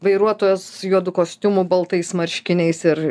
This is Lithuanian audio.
vairuotojas juodu kostiumu baltais marškiniais ir